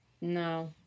No